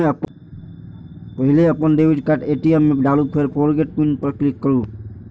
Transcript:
पहिने अपन debit card ATM मे डालू, फेर फोरगेट पिन पर क्लिक करू